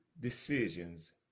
decisions